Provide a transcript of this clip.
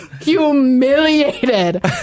humiliated